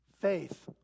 Faith